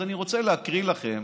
אז אני רוצה להקריא לכם,